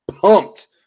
Pumped